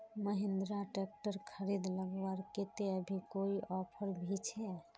Mahindra tractor खरीद लगवार केते अभी कोई ऑफर भी छे?